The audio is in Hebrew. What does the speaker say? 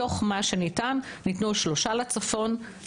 מתוך מה שניתן: ניתנו שלושה לצפון,